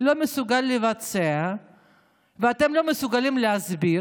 לא מסוגל לבצע ואתם לא מסוגלים להסביר,